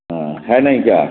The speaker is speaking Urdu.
ہاں ہے نہیں کیا